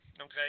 okay